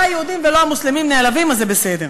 לא היהודים ולא המוסלמים נעלבים, אז זה בסדר.